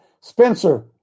Spencer